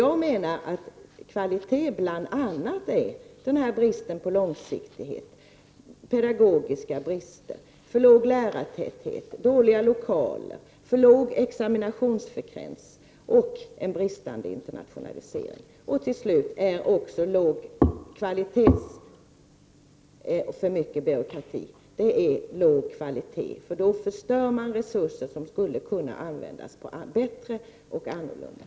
Jag menar att låg kvalitet är bl.a. brist på långsiktighet, pedagogiska brister, för låg lärartäthet, dåliga lokaler, för låg examinationsfrekvens och en bristande internationalisering. Låg kvalitet är till sist också för mycket byråkrati. Därigenom förstör man resurser som skulle kunna användas bättre på annat sätt.